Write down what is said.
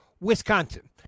Wisconsin